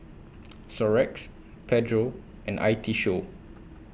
Xorex Pedro and I T Show